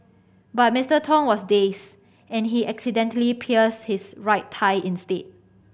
but Mister Tong was dazed and he accidentally pierced his right thigh instead